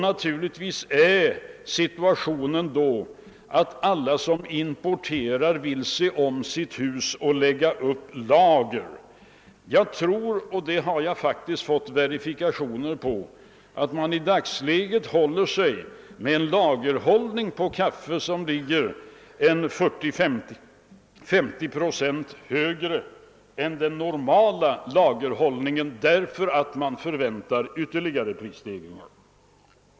Naturligtvis bli situationen då den, att alla som importerar vill se om sitt hus och lägga upp lager. Jag tror, och det har jag faktiskt fått verifierat, att man i dagsläget håller sig med en lagerhållning på kaffe som ligger 40—50 procent högre än den normala lagerhållningen, därför att man förväntar ytterligare prisstegringar.